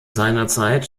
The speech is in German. seinerzeit